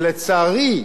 לצערי,